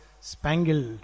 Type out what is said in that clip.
spangled